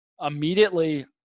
immediately